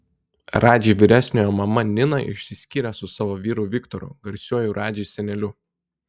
radži vyresniojo mama nina išsiskyrė su savo vyru viktoru garsiuoju radži seneliu